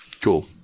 Cool